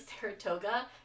Saratoga